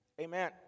Amen